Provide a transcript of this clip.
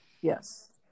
Yes